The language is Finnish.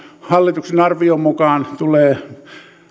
hallituksen arvion mukaan tulee